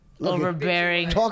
Overbearing